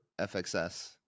FXS